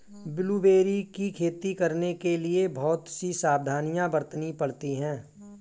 blueberry की खेती करने के लिए बहुत सी सावधानियां बरतनी पड़ती है